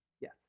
Yes